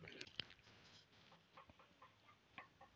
मसीक लोन लेवे खातिर का का दास्तावेज लग ता?